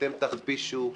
אתם תכפישו,